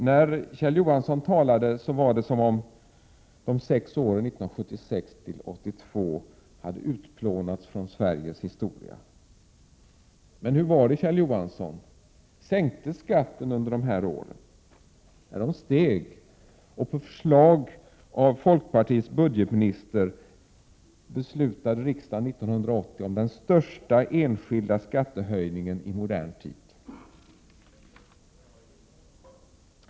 När Kjell Johansson talade lät det som om de sex åren 1976-1982 hade utplånats från Sveriges historia. Hur var det, Kjell Johansson, sänktes skatten under dessa år? Nej, den höjdes. På förslag av folkpartiets budgetminister beslutade riksdagen år 1980 om den största enskilda skattehöjningen i modern tid.